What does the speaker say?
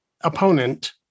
opponent